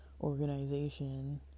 organization